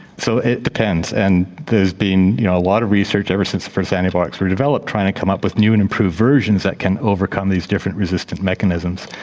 so, it depends. and there has been you know a lot of research, ever since the first antibiotics were developed, trying to come up with new and improved versions that can overcome these different resistant mechanisms.